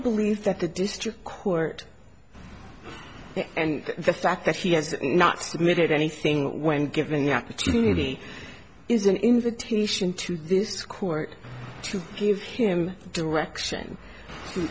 believe that the district court and the fact that he has not submitted anything when given the opportunity is an invitation to this court to give him direction to